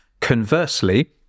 Conversely